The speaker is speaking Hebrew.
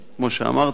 כמו שאמרתי,